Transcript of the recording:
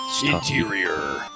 interior